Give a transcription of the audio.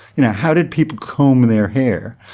you know how did people comb their hair?